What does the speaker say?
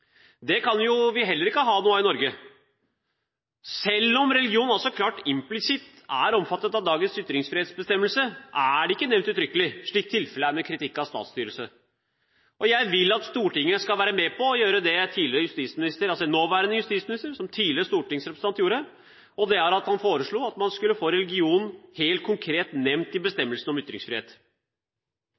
Det kan vi heller ikke ha noe av i Norge. Selv om det er klart at religion implisitt også er omfattet av dagens ytringsfrihetsbestemmelse, er det ikke nevnt uttrykkelig, slik tilfellet er med kritikk av statsstyrelse. Jeg vil at Stortinget skal være med på å gjøre det tidligere stortingsrepresentant og nåværende justisminister gjorde, han foreslo at man skulle få religion nevnt helt konkret i bestemmelsen om